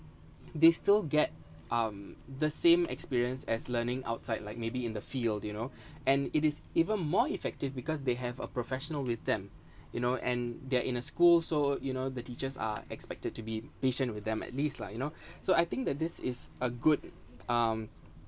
they still get um the same experience as learning outside like maybe in the field you know and it is even more effective because they have a professional with them you know and they're in a school so you know the teachers are expected to be patient with them at least lah you know so I think that this is a good um